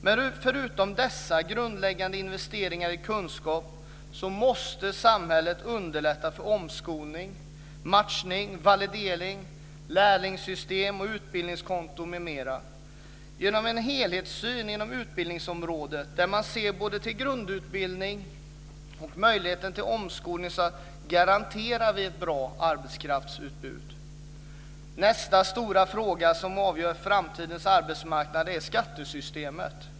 Men förutom dessa grundläggande investeringar i kunskap måste samhället underlätta för omskolning, matchning, validering, lärlingssystem och utbildningskonto, m.m. Genom en helhetssyn inom utbildningsområdet, där man ser både till grundutbildning och möjligheten till omskolning, garanterar vi ett bra arbetskraftsutbud. Nästa stora fråga som avgör framtidens arbetsmarknad är skattesystemet.